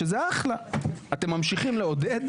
שזה אחלה, אתם ממשיכים לעודד,